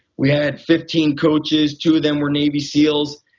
we had fifteen coaches, two of them were navy seals,